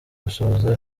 gusohoza